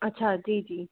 अच्छा जी जी